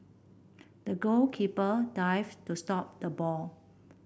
the goalkeeper dived to stop the ball